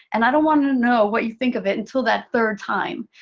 and i don't want to know what you think of it until that third time,